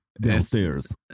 Downstairs